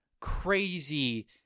crazy